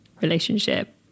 relationship